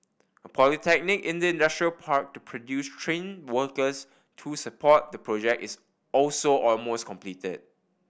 a polytechnic in the industrial park to produce trained workers to support the project is also almost completed